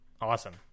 Awesome